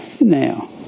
Now